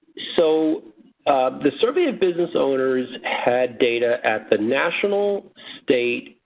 so the survey of business owners had data at the national, state,